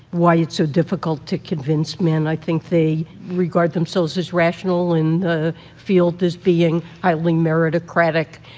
why it's so difficult to convince men. i think they regard themselves as rational and the field as being highly meritocratic,